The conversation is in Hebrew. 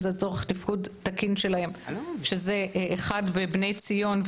זה לצורך תפקוד תקין: אחד ב"בני ציון",